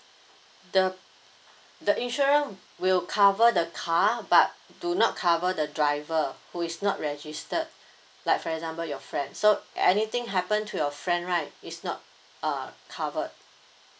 the the insurance will cover the car but do not cover the driver who is not registered like for example your friend so anything happen to your friend right is not uh covered